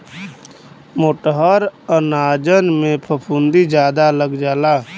मोटहर अनाजन में फफूंदी जादा लग जाला